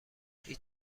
هیچ